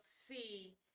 see